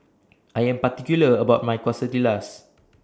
I Am particular about My Quesadillas